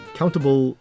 countable